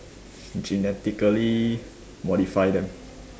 genetically modify them